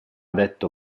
detto